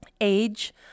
age